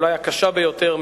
אולי הקשה ביותר,